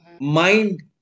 mind